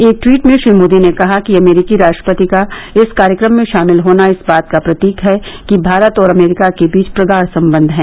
एक ट्वीट में श्री मोदी ने कहा कि अमरीकी राष्ट्रपति का इस कार्यक्रम में शामिल होना इस बात का प्रतीक है कि भारत और अमरीका के बीच प्रगाढ़ संबंध हैं